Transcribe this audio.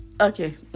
Okay